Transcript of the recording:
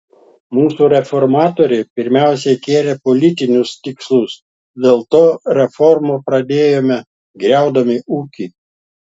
mūsų reformatoriai pirmiausia kėlė politinius tikslus dėl to reformą pradėjome griaudami ūkį